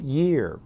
year